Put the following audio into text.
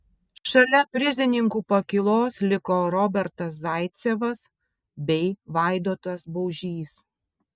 šalia prizininkų pakylos liko robertas zaicevas bei vaidotas baužys